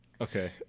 Okay